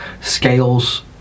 scales